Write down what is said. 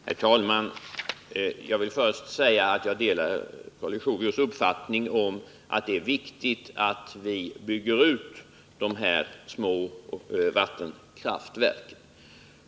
Herr talman! Jag vill först säga att jag delar Karl Leuchovius uppfattning att det är viktigt att vi bygger ut dessa små vattenkraftverk.